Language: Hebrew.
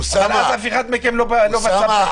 אבל אז אף אחד מכם לא פצה פה,